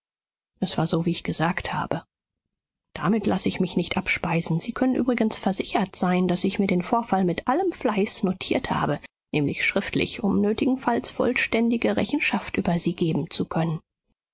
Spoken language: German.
es war so wie ich gesagt habe damit lasse ich mich nicht abspeisen sie können übrigens versichert sein daß ich mir den vorfall mit allem fleiß notiert habe nämlich schriftlich um nötigenfalls vollständige rechenschaft über sie geben zu können